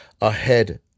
ahead